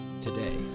today